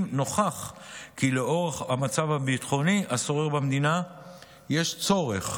אם נוכח כי לנוכח המצב הביטחוני השורר במדינה יש צורך